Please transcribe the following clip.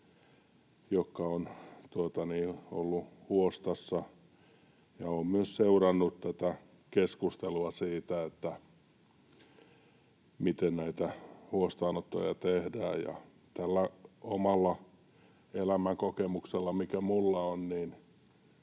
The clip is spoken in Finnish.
jotka ovat olleet huostassa, ja olen myös seurannut tätä keskustelua siitä, miten näitä huostaanottoja tehdään —, tällä omalla elämänkokemuksella, mikä minulla on,